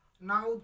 Now